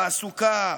בתעסוקה,